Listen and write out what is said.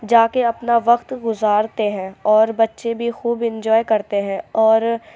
جا کے اپنا وقت گزارتے ہیں اور بچے بھی خوب انجوائے کرتے ہیں اور